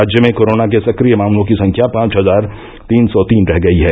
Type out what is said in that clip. राज्य में कोरोना के सक्रिय मामलों की संख्या पांच हजार तीन सौ तीन रह गई है